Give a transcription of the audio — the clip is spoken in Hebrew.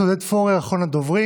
חבר הכנסת עודד פורר, אחרון הדוברים.